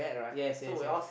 yes yes yes